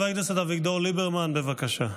חבר הכנסת אביגדור ליברמן, בבקשה.